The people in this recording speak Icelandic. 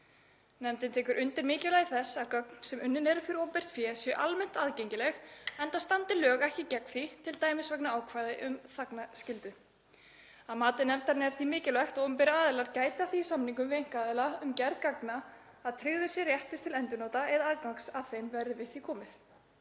Nefndin tekur undir mikilvægi þess að gögn sem unnin eru fyrir opinbert fé séu almennt aðgengileg enda standi lög ekki gegn því, t.d. vegna ákvæða um þagnarskyldu. Að mati nefndarinnar er því mikilvægt að opinberir aðilar gæti að því í samningum við einkaaðila um gerð gagna að tryggður sé réttur til endurnota eða aðgangs að þeim verði við því komið.